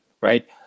right